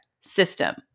system